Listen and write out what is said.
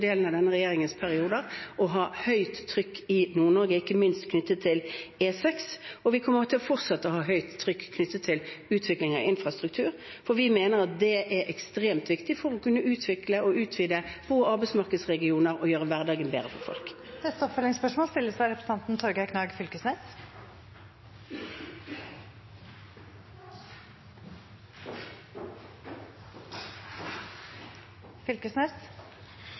ikke minst knyttet til E6, og vi kommer til å fortsette å ha høyt trykk knyttet til utvikling av infrastruktur. Vi mener det er ekstremt viktig for å kunne utvikle og utvide gode arbeidsmarkedsregioner og gjøre hverdagen bedre for folk. Torgeir Knag Fylkesnes – til oppfølgingsspørsmål.